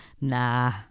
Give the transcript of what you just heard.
nah